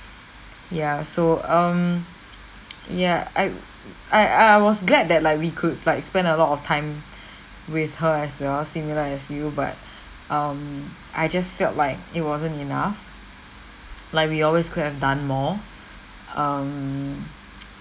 ya so um ya I I I I I was glad that like we could like spend a lot of time with her as well similar as you but um I just felt like it wasn't enough like we always could have done more um